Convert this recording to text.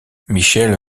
michelle